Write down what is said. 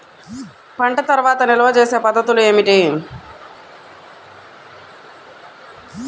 పంట తర్వాత నిల్వ చేసే పద్ధతులు ఏమిటి?